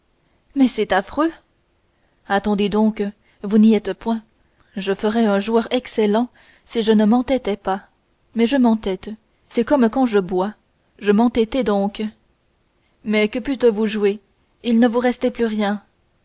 mais c'est affreux attendez donc vous n'y êtes point je ferais un joueur excellent si je ne m'entêtais pas mais je m'entête c'est comme quand je bois je m'entêtai donc mais que pûtes vous jouer il ne vous restait plus rien